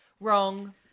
wrong